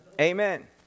Amen